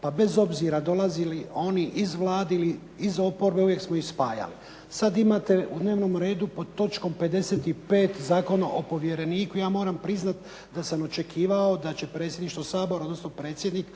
pa bez obzira dolaze li oni iz Vlade ili iz oporbe uvijek smo ih spajali. Sada imate u dnevnom redu pod točkom 55. zakon o povjereniku, ja moram priznati da sam očekivao da će predsjedništvo Sabora odnosno predsjednik